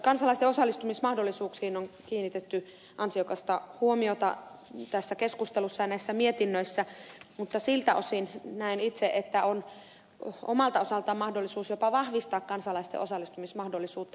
kansalaisten osallistumismahdollisuuksiin on kiinnitetty ansiokasta huomiota tässä keskustelussa ja näissä mietinnöissä mutta siltä osin näen itse että on omalta osaltaan mahdollisuus jopa vahvistaa kansalaisten osallistumismahdollisuutta